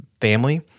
family